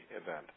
event